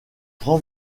grand